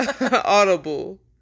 Audible